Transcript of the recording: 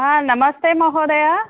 हा नमस्ते महोदय